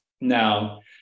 Now